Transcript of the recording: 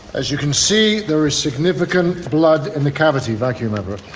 as you can see there is significant blood in the cavity vacuum over